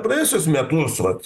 praėjusius metus vat